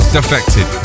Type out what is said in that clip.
Defected